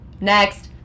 next